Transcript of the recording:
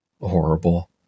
horrible